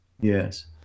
Yes